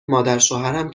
مادرشوهرم